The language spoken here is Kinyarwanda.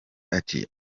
ati